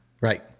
Right